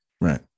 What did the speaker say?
Right